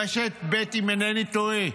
רשת ב' אם אינני טועה.